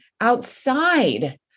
outside